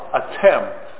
attempt